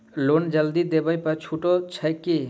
Loan जल्दी देबै पर छुटो छैक की?